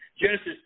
Genesis